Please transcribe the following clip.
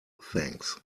thanks